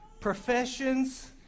professions